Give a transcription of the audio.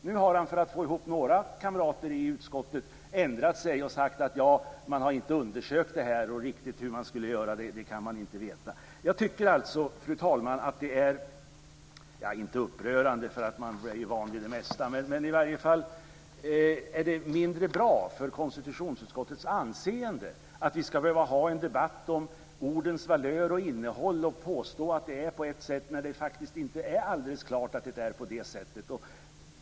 Nu har han, för att få ihop några kamrater i utskottet, ändrat sig och sagt: Ja, man har ju inte undersökt detta, och man kan inte veta riktigt hur man skulle göra. Fru talman! Jag tycker att det är om inte upprörande - för man är ju van vid det mesta - så i varje fall mindre bra för konstitutionsutskottets anseende att vi ska behöva föra en debatt om ordens valör och innehåll, och påstå att det är på ett sätt när det faktiskt inte är alldeles klart att det är på det sättet.